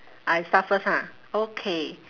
I start first ha okay